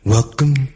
Welcome